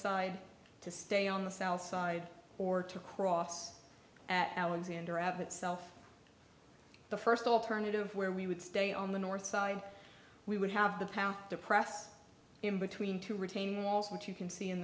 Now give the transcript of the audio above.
side to stay on the south side or to cross at alexander abbot self the first alternative where we would stay on the north side we would have the power to press in between two retaining walls which you can see in